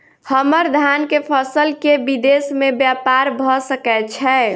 हम्मर धान केँ फसल केँ विदेश मे ब्यपार भऽ सकै छै?